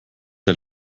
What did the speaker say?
der